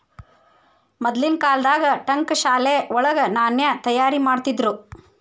ಮದ್ಲಿನ್ ಕಾಲ್ದಾಗ ಠಂಕಶಾಲೆ ವಳಗ ನಾಣ್ಯ ತಯಾರಿಮಾಡ್ತಿದ್ರು